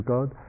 God